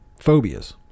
phobias